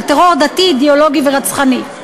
של טרור דתי ואידיאולוגי רצחני.